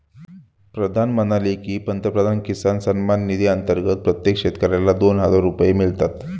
प्रधान म्हणाले की, पंतप्रधान किसान सन्मान निधी अंतर्गत प्रत्येक शेतकऱ्याला दोन हजार रुपये मिळतात